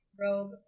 robe